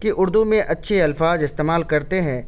کہ اُردو میں اچھے الفاظ استعمال کرتے ہیں